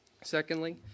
Secondly